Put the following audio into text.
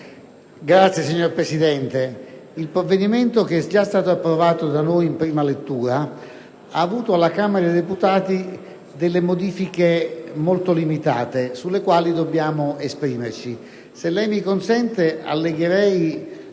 *relatore*. Signora Presidente, il provvedimento, che è già stato approvato da noi in prima lettura, ha subito alla Camera dei deputati alcune modifiche molto limitate, sulle quali dobbiamo esprimerci. Se me lo consente, allegherei